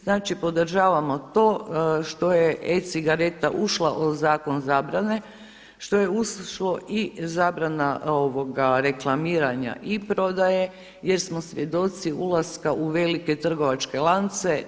Znači podržavamo to što je e-cigareta ušla u zakon zabrane, što je ušlo i zabrana reklamiranja i prodaje jer smo svjedoci ulaska u velike trgovačke lance.